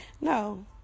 No